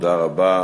תודה רבה.